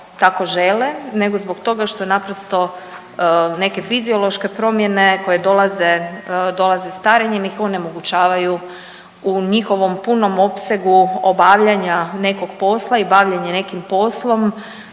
nego zbog toga što naprosto neke fiziološke promjene koje dolaze starenjem ih onemogućavaju u njihovom punom opsegu obavljanja nekog posla i bavljenje nekim poslom